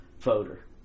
voter